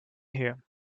here